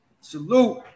Salute